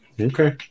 Okay